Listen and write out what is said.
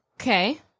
Okay